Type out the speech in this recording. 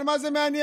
אבל מה זה מעניין?